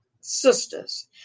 sisters